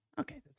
Okay